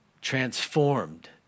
transformed